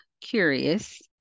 curious